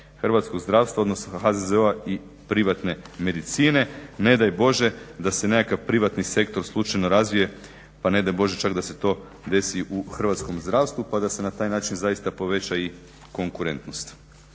hrvatskog zdravstva, odnosno HZZO-a i privatne medicine. Ne daj Bože da se nekakav privatni sektor slučajno razvije pa ne daj Bože čak da se to desi u hrvatskom zdravstvu pa da se na taj način zaista poveća i konkurentnost.